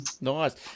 Nice